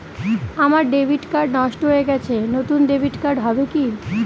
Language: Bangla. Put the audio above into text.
আমার ডেবিট কার্ড নষ্ট হয়ে গেছে নূতন ডেবিট কার্ড হবে কি?